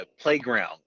playground